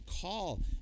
call